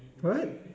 what